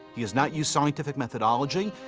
he has not used scientific methodology.